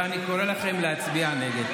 ואני קורא לכם להצביע נגד,